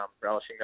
relishing